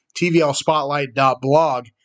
tvlspotlight.blog